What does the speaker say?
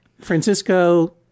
Francisco